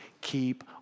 Keep